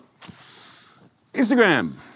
Instagram